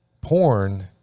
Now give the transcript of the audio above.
porn